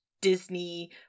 disney